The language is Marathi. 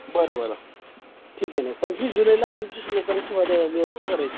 बरं बरं ठीक आहे ना पंचवीस जुलैला पंचवीस लोकांची वाड व्यवस्था करायची आहे